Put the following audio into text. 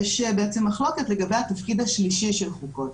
יש בעצם מחלוקת לגבי התפקיד השלישי של חוקות.